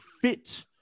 fit